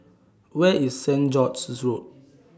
Where IS Saint George's Road